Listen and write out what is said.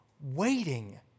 waiting